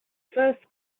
first